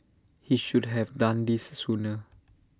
he should have done this sooner